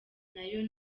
nayo